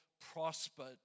prospered